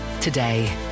today